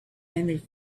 and